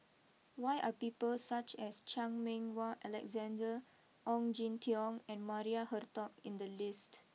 why are people such as Chan Meng Wah Alexander Ong Jin Teong and Maria Hertogh in the list